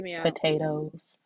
potatoes